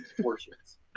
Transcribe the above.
portions